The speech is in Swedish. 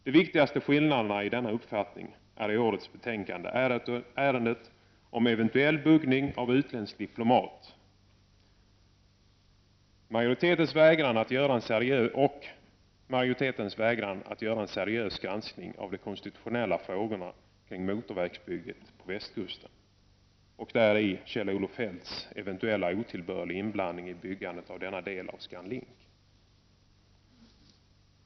De viktigaste skillnaderna i detta avseende framkommer i årets betänkande när det gäller ärendena om eventuell buggning av utländsk diplomat och om majoritetens vägran att göra en seriös granskning av de konstitutionella frågorna kring motorvägsbygget på västkusten och i samband därmed Kjell-Olof Feldts eventuella otillbörliga inblandning i byggandet av denna del av ScanLink.